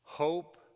Hope